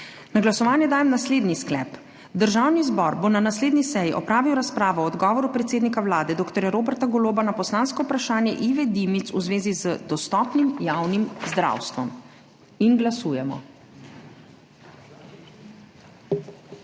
Na glasovanje dajem naslednji sklep: Državni zbor bo na naslednji seji opravil razpravo o odgovoru predsednika Vlade dr. Roberta Goloba na poslansko vprašanje Ive Dimic v zvezi z dostopnim javnim zdravstvom. Glasujemo.Navzočih